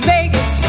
Vegas